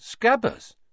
Scabbers